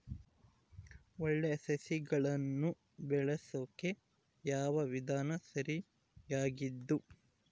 ಒಳ್ಳೆ ಸಸಿಗಳನ್ನು ಬೆಳೆಸೊಕೆ ಯಾವ ವಿಧಾನ ಸರಿಯಾಗಿದ್ದು?